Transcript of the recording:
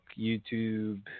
YouTube